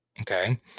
Okay